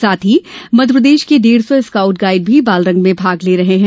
साथ ही मध्यप्रदेश के डेढ़ सौ स्काउट गाइड भी बालरंग में भाग ले रहे हैं